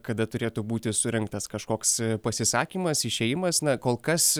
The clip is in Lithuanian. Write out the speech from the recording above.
kada turėtų būti surengtas kažkoks pasisakymas išėjimas na kol kas